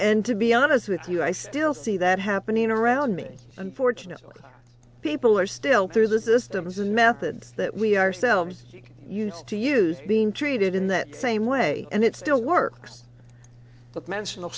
and to be honest with you i still see that happening around me unfortunately people are still through the systems and methods that we ourselves used to use being treated in that same way and it still works but mention the